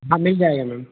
हाँ मिल जाएगा मैम